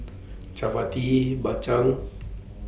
Chappati Bak Chang